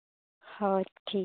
ᱦᱳᱭ ᱴᱷᱤᱠ